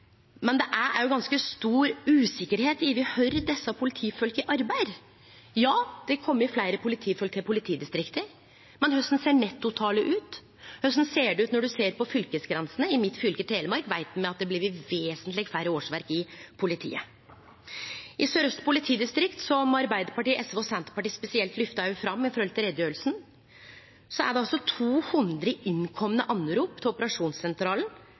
Men det er ganske stor usikkerheit om kvar desse politifolka arbeider. Ja, det har kome fleire politifolk i politidistrikta, men korleis ser nettotalet ut? Korleis ser det ut når ein ser på fylkesgrensene? I fylket mitt, Telemark, veit me at det har blitt vesentleg færre årsverk i politiet. I Sør-Øst politidistrikt, som Arbeidarpartiet, SV og Senterpartiet spesielt lyfta fram i samband med utgreiinga, er det 200 innkomne anrop til operasjonssentralen